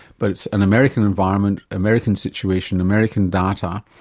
but it's an american environment, american situation, american data,